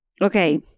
Okay